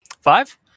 five